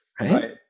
right